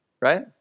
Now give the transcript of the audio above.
Right